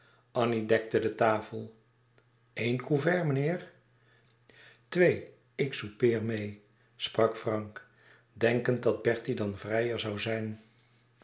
annie dekte de tafel eén couvert meneer twee ik soupeer meê sprak frank denkend dat bertie dan vrijer zoû zijn